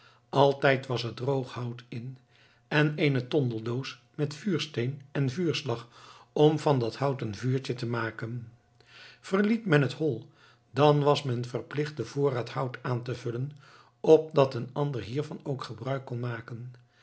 altijd was er droog hout in en eene tondeldoos met vuursteen en vuurslag om van dat hout een vuurtje te maken verliet men het hol dan was men verplicht den voorraad hout aan te vullen opdat een ander hiervan ook gebruik kon maken